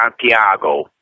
Santiago